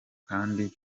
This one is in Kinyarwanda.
kandi